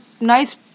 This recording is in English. nice